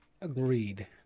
Agreed